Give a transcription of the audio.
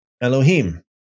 Elohim